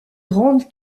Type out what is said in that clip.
grande